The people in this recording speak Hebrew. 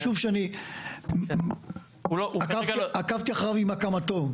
יישוב שאני, עקבתי אחריו עם הקמתו.